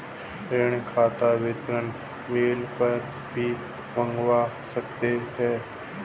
ऋण खाता विवरण मेल पर भी मंगवा सकते है